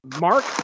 Mark